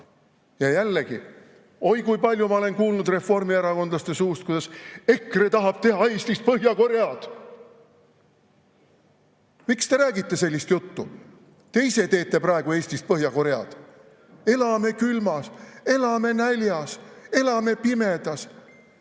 Ja jällegi, oi, kui palju ma olen kuulnud reformierakondlaste suust, kuidas EKRE tahab teha Eestist Põhja-Koread. Miks te räägite sellist juttu? Te ise teete praegu Eestist Põhja-Koread! Elame külmas, elame näljas, elame pimedas,